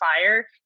fire